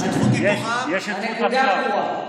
השותפות, הנקודה ברורה.